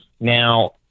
now